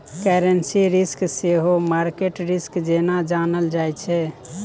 currency risk सेहो market risk जेना जानल जाइ छै